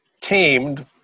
tamed